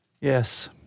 Yes